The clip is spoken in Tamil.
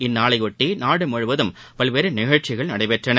இந்நாளைபொட்டி நாடு முழுவதும் பல்வேறு நிகழ்ச்சிகள் நடைபெற்றன